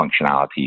functionality